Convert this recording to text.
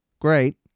great